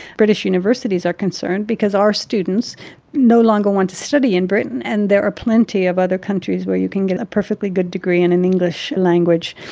british universities are concerned because our students no longer want to study in britain and there are plenty of other countries where you can get a perfectly good degree in an english language.